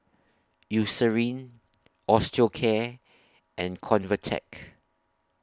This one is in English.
Eucerin Osteocare and Convatec